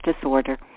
disorder